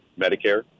Medicare